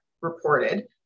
reported